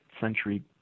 century